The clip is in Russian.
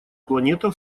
планета